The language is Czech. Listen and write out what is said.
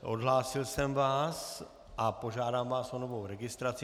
Odhlásil jsem vás a požádám vás o novou registraci.